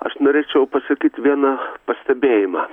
aš norėčiau pasakyt vieną pastebėjimą